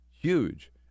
Huge